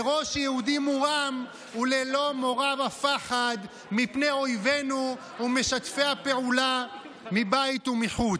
בראש יהודי מורם וללא מורא ופחד מפני אויבינו ומשתפי הפעולה מבית ומחוץ.